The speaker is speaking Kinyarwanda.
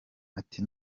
ati